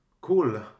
Cool